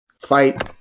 fight